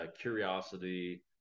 curiosity